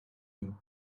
him